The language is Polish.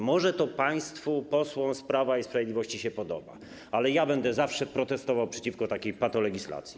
Może państwu posłom z Prawa i Sprawiedliwości się to podoba, ale ja będę zawsze protestował przeciwko takiej patolegislacji.